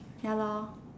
ya lor